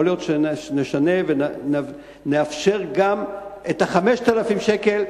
יכול להיות שנשנה ונאפשר גם 5,000 שקלים,